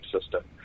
system